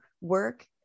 work